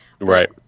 Right